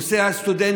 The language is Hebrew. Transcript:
את נושא הסטודנטים,